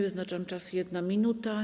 Wyznaczam czas - 1 minuta.